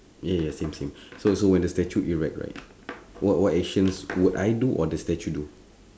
yeah ya same same so when the statue erect right what what actions will I do or the statue do